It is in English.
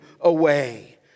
away